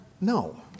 No